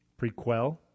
Prequel